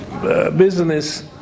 business